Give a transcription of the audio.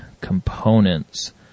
components